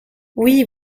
oui